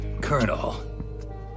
Colonel